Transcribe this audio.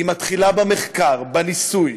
היא מתחילה במחקר, בניסוי,